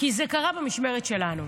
כי זה קרה במשמרת שלנו.